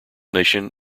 nation